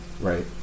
Right